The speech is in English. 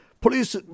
Police